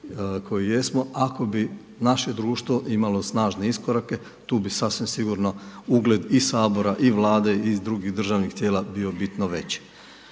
koji jesmo, ako bi naše društvo imalo snažne iskorake, tu bi sasvim sigurno ugled i Sabora i Vlade i drugih državnih tijela bio bitno veći.